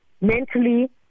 mentally